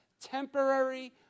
temporary